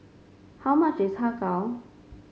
how much is Har Kow